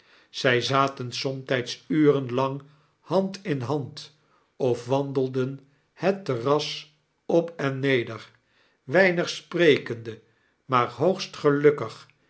zy zaten somtyds uren lang hand in hand of wandelden het terras op en neder weinig sprekende maar hoogst gelukkig